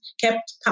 kept